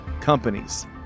companies